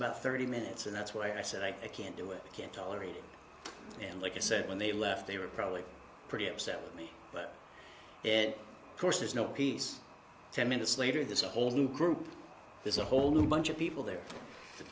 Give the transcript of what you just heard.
about thirty minutes and that's why i said i can't do it can't tolerate it and like i said when they left they were probably pretty upset with me but it course there's no peace ten minutes later this whole new group there's a whole bunch of people there the